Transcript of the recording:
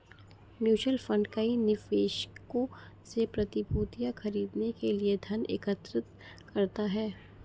mutual fund कई निवेशकों से प्रतिभूतियां खरीदने के लिए धन एकत्र करता है